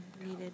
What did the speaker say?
needed